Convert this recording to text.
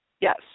Yes